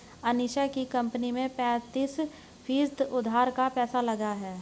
अनीशा की कंपनी में पैंतीस फीसद उधार का पैसा लगा है